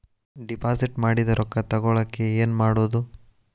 Deposit ಮಾಡಿದ ರೊಕ್ಕ ತಗೋಳಕ್ಕೆ ಏನು ಮಾಡೋದು?